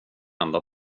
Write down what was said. enda